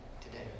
today